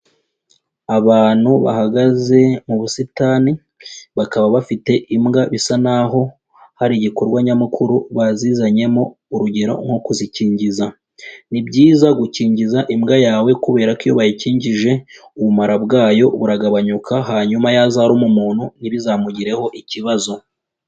Abantu bahagaze mu busitani, bakaba bafite imbwa bisa n'aho hari igikorwa nyamukuru bazizanyemo urugero nko kuzikingiza, ni byiza gukingiza imbwa yawe kubera ko iyo wayikinjije ubumara bwayo buragabanyuka, hanyuma yazaruma umuntu ntibizamugireho ikibazo.